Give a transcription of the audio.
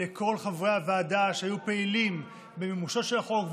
לכל חברי הוועדה שהיו פעילים במימושו של החוק,